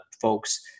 folks